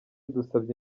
dusabye